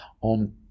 on